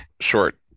short